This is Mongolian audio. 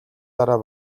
дараа